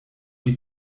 die